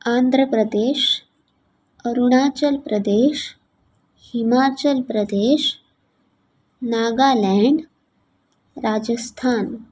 Andhra Pradesh Arunachal Pradesh Himachal Pradesh Nagaland Rajasthan